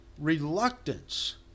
reluctance